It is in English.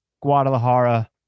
Guadalajara